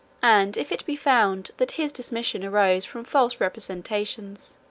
and, if it be found that his dismission arose from false representations,